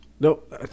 Nope